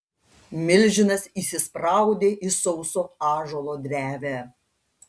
milžinas įsispraudė į sauso ąžuolo drevę